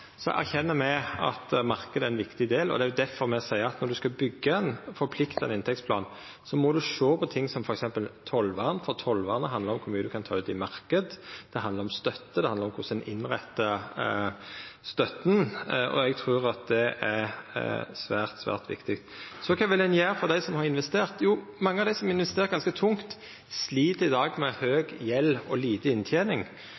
erkjenner me at marknaden er ein viktig del. Det er difor me seier at når ein skal leggja ein forpliktande inntektsplan, må ein sjå på ting som f.eks. tollvern, for tollvernet handlar om kor mykje ein kan ta ut i marknaden. Det handlar om støtte, det handlar om korleis ein innrettar støtta. Eg trur at det er svært, svært viktig. Kva vil ein gjera for dei som har investert? Jo, mange av dei som har investert ganske tungt, slit i dag med